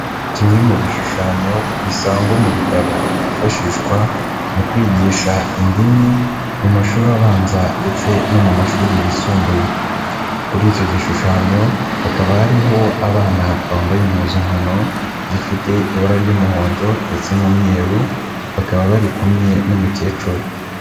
Kimwe mu bishushanyo bisangwa mu bitabo byifashishwa mu kwigisha indimi mu mashuri abanza ndetse no mu mashuri yisumbuye, kuri icyo gishushanyo hakaba hariho abana bambaye impuzankano zifite ibara ry'umuhondo ndetse n'umweru bakaba bari kumwe n'umukecuru.